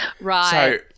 Right